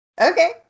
Okay